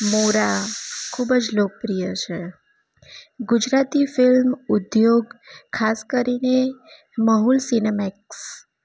મોરા ખૂબ જ લોકપ્રિય છે ગુજરાતી ફિલ્મ ઉદ્યોગ ખાસ કરીને મહુલ સીનેમેક્સ